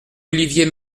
olivier